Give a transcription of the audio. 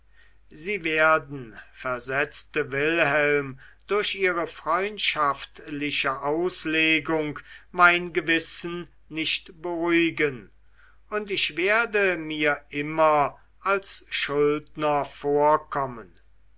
sie werden versetzte wilhelm durch ihre freundschaftliche auslegung mein gewissen nicht beruhigen und ich werde mir immer als ihr schuldner vorkommen